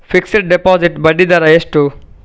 Fixed deposit ಬಡ್ಡಿ ದರ ಎಷ್ಟು?